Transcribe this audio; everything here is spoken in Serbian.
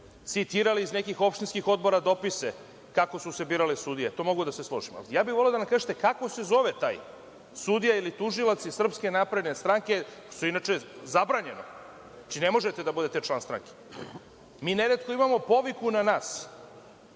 citirali iza nekih opštinskih odbora dopise kako su se birale sudije, to mogu da se složim. Voleo bih da mi kažete kako se zove taj sudija ili tužilac iz SNS, što je inače zabranjeno, znači, ne možete da budete član stranke. Mi neretko imamo poviku na nas